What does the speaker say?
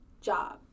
job